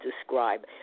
describe